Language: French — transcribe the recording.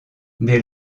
dès